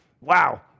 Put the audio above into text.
wow